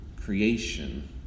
creation